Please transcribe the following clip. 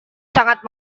sangat